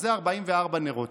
אז זה 44 נרות.